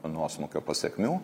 nuosmukio pasekmių